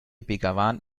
begawan